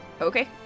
Okay